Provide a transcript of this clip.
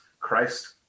Christ